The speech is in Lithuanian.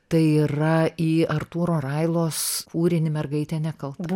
tai yra į artūro railos kūrinį mergaitė nekalta